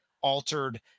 altered